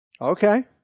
Okay